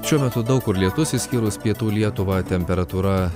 šiuo metu daug kur lietus išskyrus pietų lietuvą temperatūra